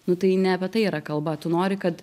nu tai ne apie tai yra kalba tu nori kad